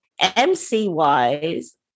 MC-wise